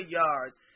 yards